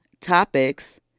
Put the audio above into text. topics